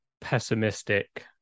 pessimistic